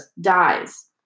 dies